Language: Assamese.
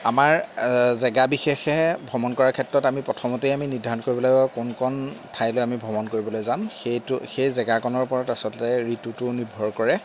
আমাৰ জেগা বিশেষে ভ্ৰমণ কৰাৰ ক্ষেত্ৰত আমি প্ৰথমতেই আমি নিৰ্ধাৰণ কৰিবলৈ কোন কোন ঠাইলৈ আমি ভ্ৰমণ কৰিবলৈ যাম সেইটো সেই জেগাকণৰ ওপৰত আচলতে ঋতুটো নিৰ্ভৰ কৰে